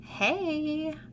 Hey